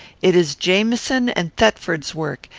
it is jamieson and thetford's work,